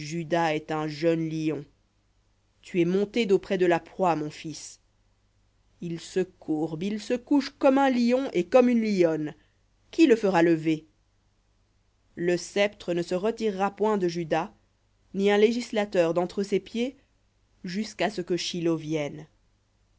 est un jeune lion tu es monté d'auprès de la proie mon fils il se courbe il se couche comme un lion et comme une lionne qui le fera lever le sceptre ne se retirera point de juda ni un législateur d'entre ses pieds jusqu'à ce que shilo vienne